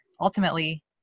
ultimately